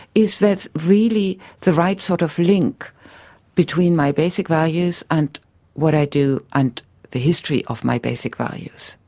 is that really the right sort of link between my basic values and what i do and the history of my basic values?